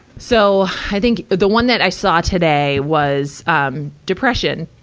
so, i think, the one that i saw today was, um, depression.